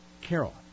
Carol